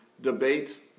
debate